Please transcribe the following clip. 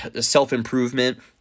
self-improvement